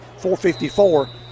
454